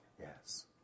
yes